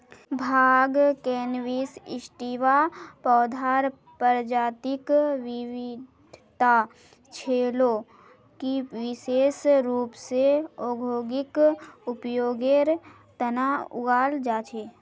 भांग cannabis sativa पौधार प्रजातिक विविधता छे जो कि विशेष रूप स औद्योगिक उपयोगेर तना उगाल जा छे